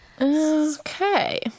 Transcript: Okay